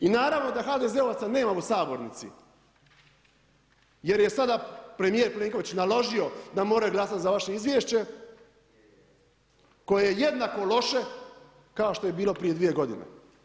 I naravno da HDZ-ovaca nema u sabornici jer je sada premijer Plenković naložio da moraju glasati za vaše izvješće koje je jednako loše kao što je bilo prije 2 godine.